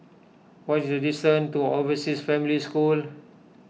what is the distance to Overseas Family School